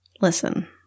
Listen